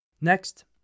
Next